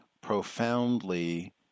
profoundly